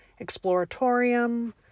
exploratorium